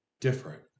different